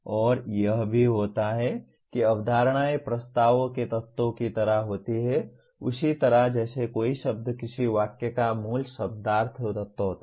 और यह भी होता है कि अवधारणाएं प्रस्ताव के तत्वों की तरह होती हैं उसी तरह जैसे कोई शब्द किसी वाक्य का मूल शब्दार्थ तत्व होता है